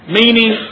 meaning